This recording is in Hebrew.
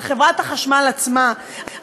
על חברת החשמל עצמה,